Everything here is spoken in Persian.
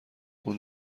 اون